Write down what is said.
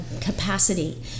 capacity